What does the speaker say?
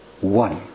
one